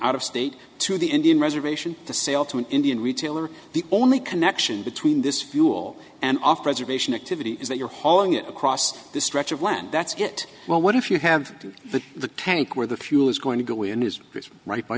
out of state to the indian reservation to sale to an indian retailer the only connection between this fuel and off reservation activity is that you're hauling it across this stretch of land that's get well what if you have the the tank where the fuel is going to go in is right by